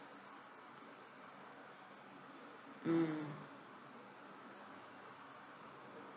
mm